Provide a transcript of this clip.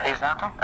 Exato